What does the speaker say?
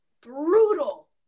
brutal